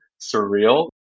surreal